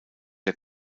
der